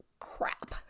Crap